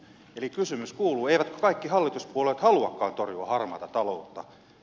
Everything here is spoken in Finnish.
eli kysymys kuuluu eivätkö kaikki hallituspuolueet haluakaan torjua harmaata taloutta